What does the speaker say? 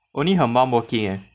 only her mum working eh